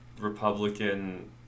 Republican